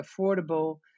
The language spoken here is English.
affordable